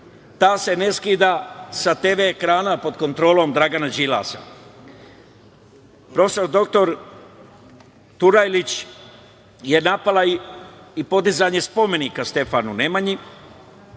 Ta se ne skida sa TV ekrana pod kontrolom Dragana Đilasa. Profesor dr Turajlić je napala i podizanje spomenika Stefanu Nemanji.